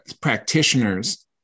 practitioners